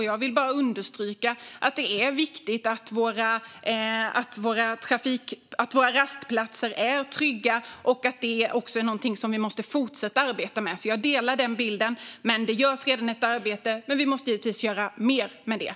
Jag vill understryka att det är viktigt att våra rastplatser är trygga och att det är någonting som vi måste fortsätta att arbeta med. Jag delar alltså den bilden. Det görs redan ett arbete, men vi måste givetvis göra mer.